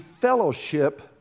fellowship